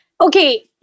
okay